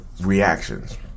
reactions